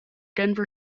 denver